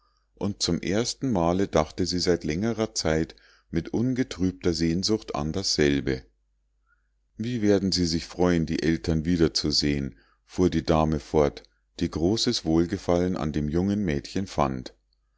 und zum erstenmale dachte sie seit längerer zeit mit ungetrübter sehnsucht an dasselbe wie werden sie sich freuen die eltern wiederzusehen fuhr die dame fort die großes wohlgefallen an dem jungen mädchen fand